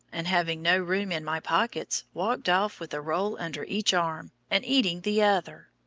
and, having no room in my pockets, walked off with a roll under each arm, and eating the other.